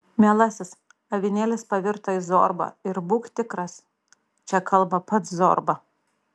mielasis avinėlis pavirto į zorbą ir būk tikras čia kalba pats zorba